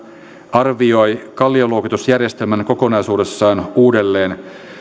arvioi kallioluokitusjärjestelmän kokonaisuudessaan uudelleen